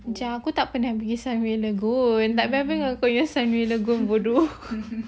saya tak pernah pergi ke sunway lagoon tak payah cakap pasal sunway lagoon bodoh